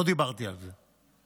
לא דיברתי על זה.